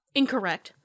incorrect